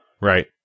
Right